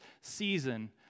season